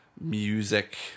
music